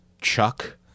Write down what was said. Chuck